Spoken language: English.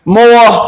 more